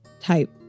type